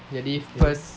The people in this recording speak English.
that day first